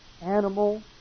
animal